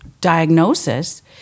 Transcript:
diagnosis